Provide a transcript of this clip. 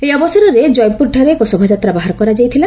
ଏହି ଅବସରରେ ଜୟପୁରଠାରେ ଏକ ଶୋଭାଯାତ୍ରା ବାହାର କରାଯାଇଥିଲା